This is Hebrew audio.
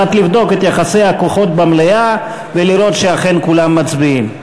על מנת לבדוק את יחסי הכוחות במליאה ולראות שאכן כולם מצביעים.